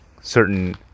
certain